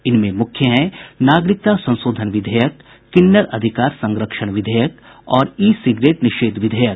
इनमें मुख्य हैं नागरिकता संशोधन विधेयक किन्नर अधिकार संरक्षण विधेयक और ई सिगरेट निषेध विधेयक